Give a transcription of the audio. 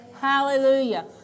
hallelujah